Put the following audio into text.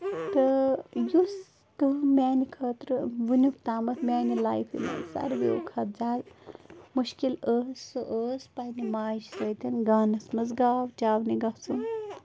تہٕ یُس کٲم میٛانہِ خٲطرٕ وٕنیُک تامَتھ میٛانہِ لایفہِ منٛز سارِوِیو کھۄتہٕ زیادٕ مُشکِل ٲس سُہ ٲس پنٛنہِ ماجہِ سۭتۍ گانَس منٛز گاو چاونہِ گَژھُن